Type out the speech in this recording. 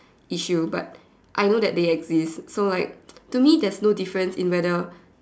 issue but I know that they exist so like to me there's no difference in whether